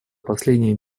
последние